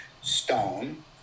stone